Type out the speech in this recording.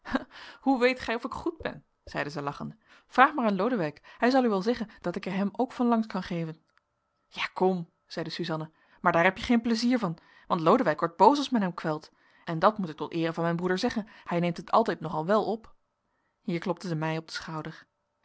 hoe weet gij of ik goed ben zeide zij lachende vraag maar aan lodewijk hij zal u wel zeggen dat ik er hem ook van langs kan geven ja kom zeide suzanna maar daar heb je geen pleizier van want lodewijk wordt boos als men hem kwelt en dat moet ik tot eere van mijn broeder zeggen hij neemt het altijd nogal wel op hier klopte zij mij op den schouder